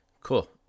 cool